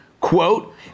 Quote